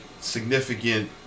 significant